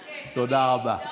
בכיף, תמיד.